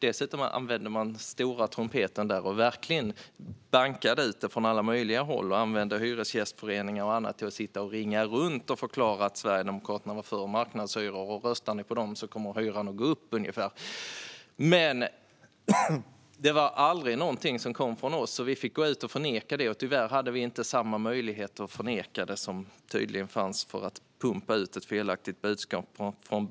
Dessutom slog ni på stora trumman och trummade ut det från alla möjliga håll. Bland annat fick ni Hyresgästföreningen att ringa runt och förklara att vi sverigedemokrater var för marknadshyror och att hyran skulle gå upp om man röstade på oss. Men detta kom aldrig från oss. Vi gick ut och förnekade det, men vi hade inte samma möjligheter att förneka det som ni hade att pumpa ut det felaktiga budskapet.